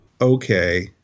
Okay